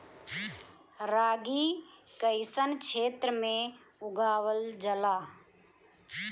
रागी कइसन क्षेत्र में उगावल जला?